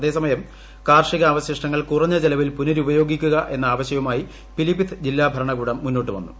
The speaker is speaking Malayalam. അതേസമയം കാർഷികാവശിഷ്ടങ്ങൾ കുറഞ്ഞ ചെലവിൽ പുനരുപയോഗിക്കുക എന്ന ആശയവുമായി പിലിഭിത്ത് ജില്ലാ ഭരണകൂടം മുന്നോട്ട് വന്നു